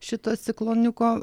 šito cikloniuko